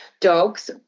dogs